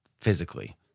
physically